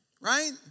right